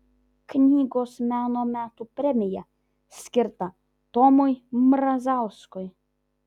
knygos meno metų premija skirta tomui mrazauskui